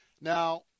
Now